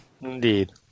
indeed